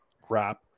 crap